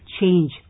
change